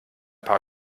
paar